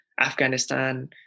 Afghanistan